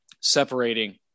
separating